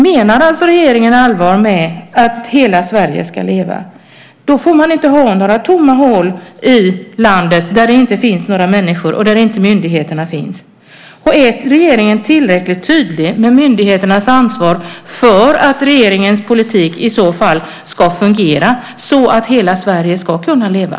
Menar regeringen allvar med att hela Sverige ska leva, då får man inte ha några tomma hål i landet där det inte finns några människor och inte några myndigheter. Är regeringen tillräckligt tydlig med myndigheternas ansvar för att regeringens politik i så fall ska fungera på ett sådant sätt att hela Sverige ska kunna leva?